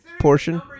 portion